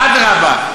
אדרבה,